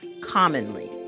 commonly